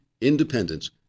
independence